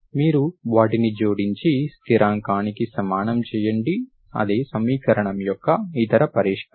మీరు వాటిని జోడించి స్థిరాంకానికి సమానం చెయ్యండి అదే సమీకరణం యొక్క ఇతర పరిష్కారం